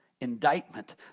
Indictment